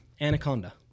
Anaconda